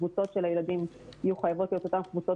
הקבוצות של הילדים יהיו חייבות להיות אותן קבוצות